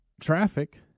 traffic